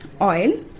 oil